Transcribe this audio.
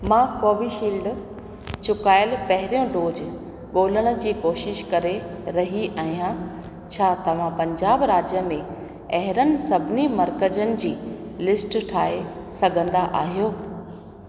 मां कोवीशील्ड चुकायल पहिरियों डोज ॻोल्हण जी कोशिशि करे रही आहियां छा तव्हां पंजाब राज्य में अहिड़नि सभिनी मर्कज़नि जी लिस्ट ठाहे सघंदा आहियो